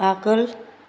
आगोल